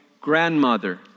grandmother